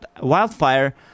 wildfire